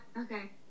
okay